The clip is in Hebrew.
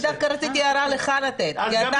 אני דווקא רציתי לתת לך הערה כי אתה